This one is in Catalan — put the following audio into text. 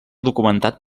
documentat